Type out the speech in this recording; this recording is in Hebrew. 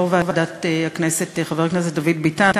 יושב-ראש ועדת הכנסת חבר הכנסת דוד ביטן,